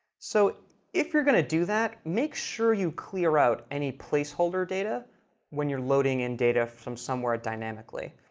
so if you're going to do that, make sure you clear out any placeholder data when you're loading in data from somewhere dynamically.